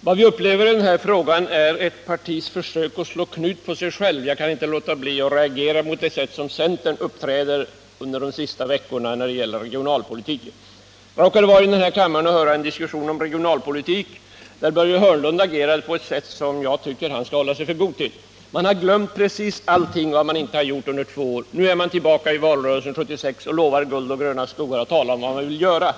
Vad jag upplever i den här frågan är ett partis försök att slå knut på sig självt. Jag kan inte låta bli att reagera mot det sätt som centern uppträtt på under de senaste veckorna när det gäller regionalpolitiken. Jag råkade vara här i kammaren och höra en diskussion om regionalpolitiken, där Börje Hörnlund agerade på ett sätt som jag tycker att han borde hålla sig för god för. Man har tydligen glömt precis allt det man inte gjort under två år. Nu är man tillbaka i valrörelsen 1976 och lovar guld och gröna skogar och talar om det man vill göra.